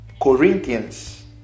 Corinthians